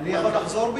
חבר הכנסת מולה,